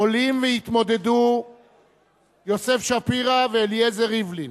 עולים ויתמודדו יוסף שפירא ואליעזר ריבלין.